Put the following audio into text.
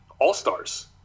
all-stars